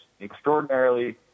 extraordinarily